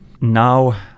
now